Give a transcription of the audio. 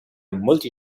multi